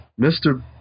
Mr